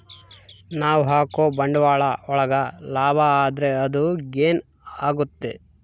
ನಾವ್ ಹಾಕೋ ಬಂಡವಾಳ ಒಳಗ ಲಾಭ ಆದ್ರೆ ಅದು ಗೇನ್ ಆಗುತ್ತೆ